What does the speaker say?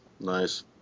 Nice